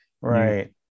Right